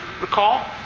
recall